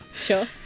sure